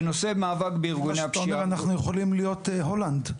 לפי מה שאתה אומר אנחנו יכולים להיות הולנד.